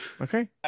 Okay